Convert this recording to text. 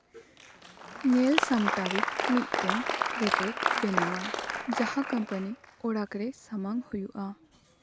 ᱧᱮᱞ ᱥᱟᱢᱴᱟᱣᱤᱡ ᱢᱤᱫᱴᱮᱱ ᱨᱮᱛᱮᱫ ᱵᱮᱱᱟᱣᱟᱭ ᱡᱟᱦᱟᱸ ᱠᱚᱢᱯᱟᱱᱤ ᱚᱲᱟᱜ ᱨᱮ ᱥᱟᱢᱟᱝ ᱦᱩᱭᱩᱜᱼᱟ